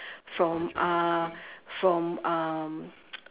from uh from um